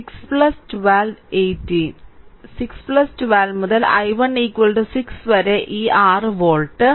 അതിനാൽ 6 12 മുതൽ i1 6 വരെ ഈ 6 വോൾട്ട്